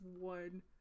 one